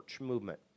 movement